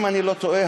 אם אני לא טועה,